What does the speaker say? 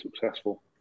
successful